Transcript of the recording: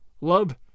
love